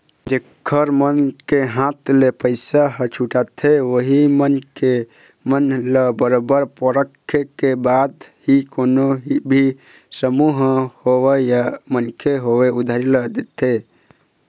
जेखर मन के हाथ ले पइसा ह छूटाथे उही मनखे मन ल बरोबर परखे के बाद ही कोनो भी समूह होवय या मनखे होवय उधारी ल देथे